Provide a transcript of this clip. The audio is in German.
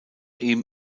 ihm